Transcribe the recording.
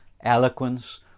eloquence